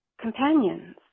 companions